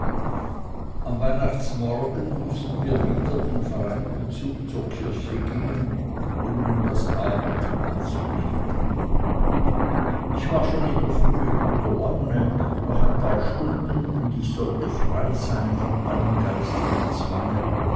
am weihnachtsmorgen mußten wir wieder im vereinten zuge zur kirche gehen um nun das abendmahl zu nehmen ich war schon in der frühe guter laune noch ein paar stunden und ich sollte frei sein von allem geistigen zwange